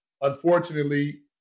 unfortunately